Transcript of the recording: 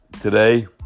today